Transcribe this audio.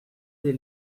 des